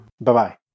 Bye-bye